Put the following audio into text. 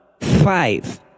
Five